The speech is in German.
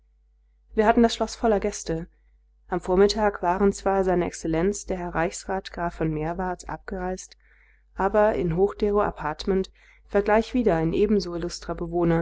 wir hatten das schloß voller gäste am vormittag waren zwar seine exzellenz der herr reichsrat graf von meerwarth abgereist aber in hochdero appartement war gleich wieder ein ebenso